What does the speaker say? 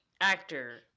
actor